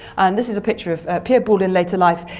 and this is a picture of pierre boulle in later life.